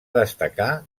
destacar